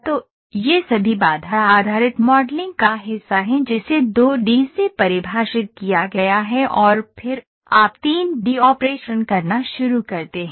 तो ये सभी कौनट्न आधारित मॉडलिंग का हिस्सा हैं जिसे 2 डी से परिभाषित किया गया है और फिर आप 3 डी ऑपरेशन करना शुरू करते हैं